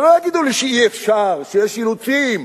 שלא יגידו לי שאי-אפשר ויש אילוצים.